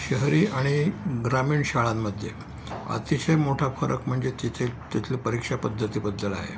शहरी आणि ग्रामीण शाळांमध्ये अतिशय मोठा फरक म्हणजे तिथे तिथली परीक्षा पद्धतीबद्दल आहे